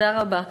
תודה רבה.